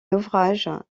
naufrage